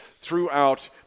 throughout